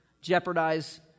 jeopardize